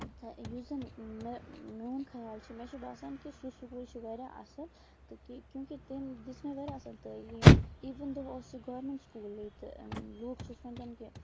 تہٕ یُس زن مےٚ میون خیال چھُ مےٚ چھُ باسان کہِ سُہ سکوٗل چھُ واریاہ اَصٕل تہٕ کیوں کہِ تٔمۍ دِژ مےٚ واریاہ اَصٕل تعلیٖم اِوٕن دۄہہ اس سُہ گورمینٹ سکوٗلے تہٕ لوٗکھ چھِ سونچان کہِ